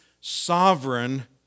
sovereign